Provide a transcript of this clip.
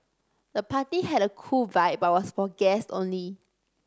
the party had a cool vibe but was for guests only